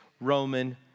Roman